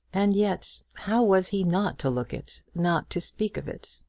and yet, how was he not to look it not to speak of it?